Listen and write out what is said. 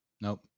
nope